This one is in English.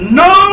no